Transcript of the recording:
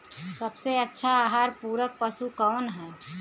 सबसे अच्छा आहार पूरक पशु कौन ह?